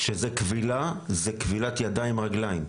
כשזאת כבילה, זאת כבילת ידיים-רגליים.